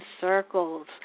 circles